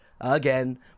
again